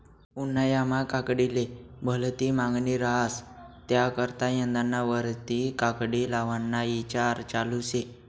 उन्हायामा काकडीले भलती मांगनी रहास त्याकरता यंदाना वरीस काकडी लावाना ईचार चालू शे